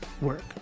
work